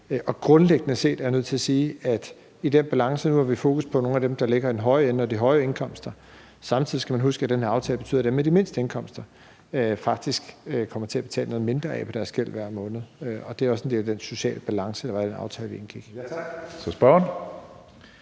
Grundlæggende er jeg nødt til at sige, at der er en balance, så man skal huske, at samtidig med at vi har fokus på nogle af dem, der ligger i den høje ende og har de høje indkomster, betyder den her aftale, at dem med de mindste indkomster faktisk kommer til at betale noget mindre af på deres gæld hver måned, og det er også en del af den sociale balance i den aftale, vi indgik.